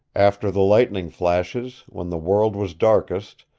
after the lightning flashes, when the world was darkest,